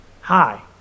hi